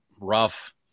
rough